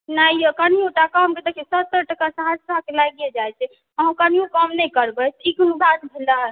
नहि ये कनियो टा कम देखियो सत्तरि टका सहरसाके लाइगे जाइ छै अहाँ कनियो कम नहि करबे ई कोनो बात भेलै